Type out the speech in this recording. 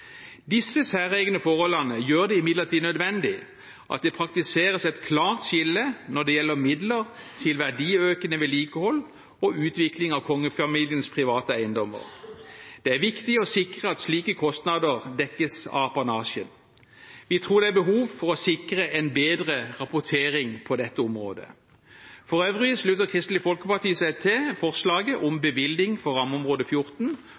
Disse særegne forholdene gjør det imidlertid nødvendig at det praktiseres et klart skille når det gjelder midler til verdiøkende vedlikehold og utvikling av kongefamiliens private eiendommer. Det er viktig å sikre at slike kostnader dekkes av apanasjen. Vi tror det er behov for å sikre en bedre rapportering på dette området. For øvrig slutter Kristelig Folkeparti seg til forslaget om bevilgning for rammeområde 14